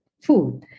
food